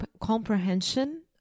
comprehension